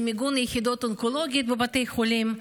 למיגון יחידות אונקולוגיות בבתי חולים.